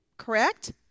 correct